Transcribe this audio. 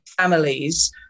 families